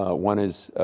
ah one is,